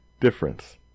difference